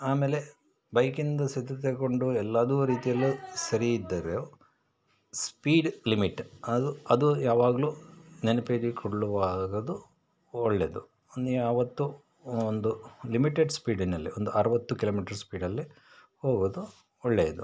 ಆಮೇಲೆ ಬೈಕಿಂದು ಸಿದ್ಧತೆಗೊಂಡು ಎಲ್ಲಾ ರೀತಿಯಲ್ಲಿ ಸರಿ ಇದ್ದರೂ ಸ್ಪೀಡ್ ಲಿಮಿಟ್ ಅದು ಅದು ಯಾವಾಗಲೂ ನೆನಪಿಗೆ ಕೊಳ್ಳುವಾಗದು ಒಳ್ಳೆಯದು ನೀವು ಯಾವತ್ತೂ ಒಂದು ಲಿಮಿಟೆಡ್ ಸ್ಪೀಡಿನಲ್ಲಿ ಒಂದು ಅರುವತ್ತು ಕಿಲೋಮೀಟ್ರು ಸ್ಪೀಡಲ್ಲಿ ಹೋಗೋದು ಒಳ್ಳೆಯದು